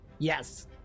Yes